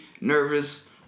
nervous